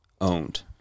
owned